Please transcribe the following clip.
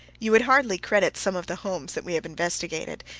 you would hardly credit some of the homes that we have investigated.